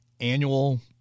annual